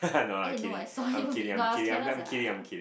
eh no I saw him okay no I was careless lah